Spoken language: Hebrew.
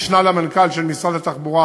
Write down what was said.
משנה למנכ"ל של משרד התחבורה,